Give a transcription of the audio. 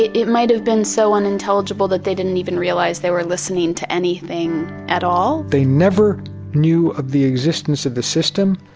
it might've been so unintelligible that they didn't even realize they were listening to anything at all? they never knew of the existence of the system,